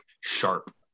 sharp